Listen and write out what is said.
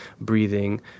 breathing